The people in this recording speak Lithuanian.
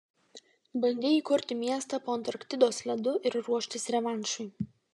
bandei įkurti miestą po antarktidos ledu ir ruoštis revanšui